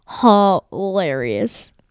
hilarious